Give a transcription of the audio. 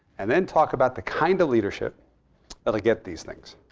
and then talk about the kind of leadership that will get these things.